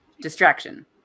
distraction